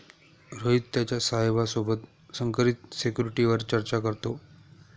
रोहित त्याच्या साहेबा सोबत संकरित सिक्युरिटीवर चर्चा करतो